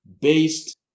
based